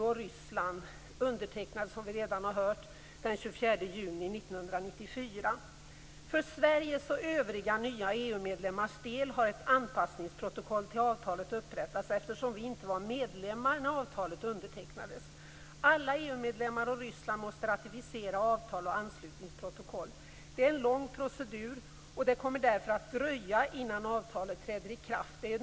och Ryssland undertecknades, som vi redan har hört, den 24 juni 1994. För Sveriges och övriga nya medlemmars del har ett anpassningsprotokoll till avtalet upprättats, eftersom vi inte var medlemmar när avtalet undertecknades. Alla EU-medlemmar och Ryssland måste ratificera avtal och anslutningsprotokoll. Det är en lång procedur, och det kommer därför att dröja innan avtalet träder i kraft.